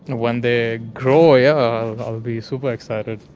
when they grow, yeah, i'll be super-excited.